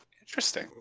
Interesting